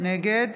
נגד